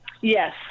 Yes